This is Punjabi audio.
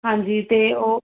ਹਾਂਜੀ ਅਤੇ ਉਹ